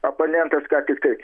oponentas ką tiktai